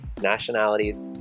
nationalities